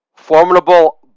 Formidable